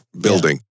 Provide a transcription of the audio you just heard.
building